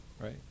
Right